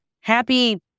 Happy